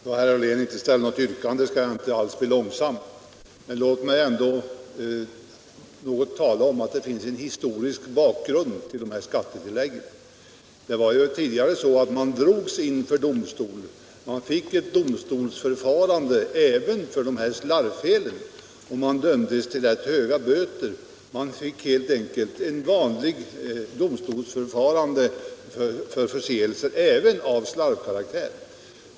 Herr talman! Då herr Ollén inte ställt något yrkande skall jag inte hålla på länge, men låt mig ändå nämna att det finns en historisk bakgrund till de här skattetilläggen. Det var ju tidigare så att den som gjorde skattefel drogs inför domstol. Man fick domstolsförfarande även för slarvfelen, och man kunde dömas till rätt höga böter. Det var helt enkelt ett domstolsförfarande för förseelser, även om dessa bara var av slarvkaraktär.